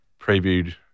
previewed